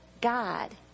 God